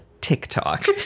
TikTok